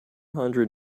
hundred